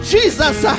Jesus